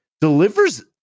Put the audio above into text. delivers